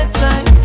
time